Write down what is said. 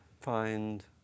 find